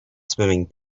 swimming